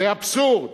זה אבסורד